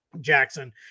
Jackson